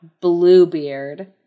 Bluebeard